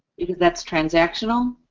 because that's transactional,